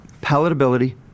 Palatability